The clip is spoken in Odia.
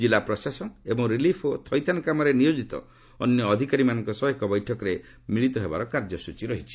ଜିଲ୍ଲା ପ୍ରଶାସନ ଏବଂ ରିଲିଫ୍ ଓ ଥଇଥାନ କାମରେ ନିୟୋଜିତ ଅନ୍ୟ ଅଧିକାରୀମାନଙ୍କ ସହ ସେ ଏକ ବୈଠକରେ ମିଳିତ ହେବାର କାର୍ଯ୍ୟସ୍ଟଚୀ ରହିଛି